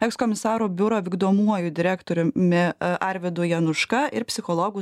ekskomisarų biuro vykdomuoju direktoriumi arvydu januška ir psichologų